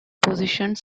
positioned